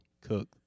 cook